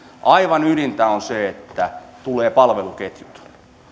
aivan ydintä on se että tulee palveluketjut